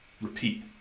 repeat